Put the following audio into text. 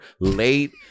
late